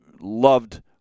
loved